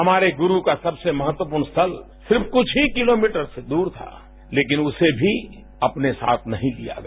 हवारे गुरू का सबसे महत्वपूर्ण स्थल सिर्फ कुछ ही किलोमीटर से दूर था लेकिन उसे भी अपने साथ नहीं लिया गया